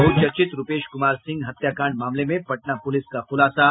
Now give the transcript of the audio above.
बहुचर्चित रूपेश कुमार सिंह हत्याकांड मामले में पटना पुलिस का खुलासा